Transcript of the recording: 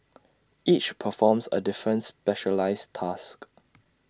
each performs A different specialised task